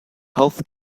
health